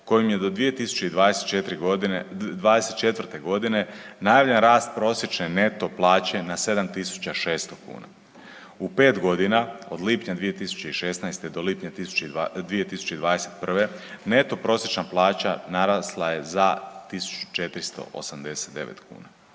kojim je do 2024.g. najavljen rast prosječne neto plaće na 7.600 kuna. U 5.g. od lipnja 2016. do lipnja 2021. neto prosječna plaća narasla je za 1.489 kuna.